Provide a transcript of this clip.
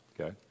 Okay